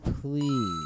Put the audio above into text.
please